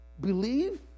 believe